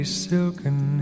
silken